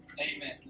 amen